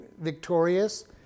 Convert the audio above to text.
victorious